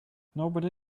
nobody